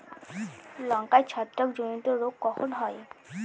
লঙ্কায় ছত্রাক জনিত রোগ কখন হয়?